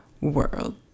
world